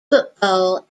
football